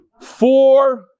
four